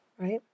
right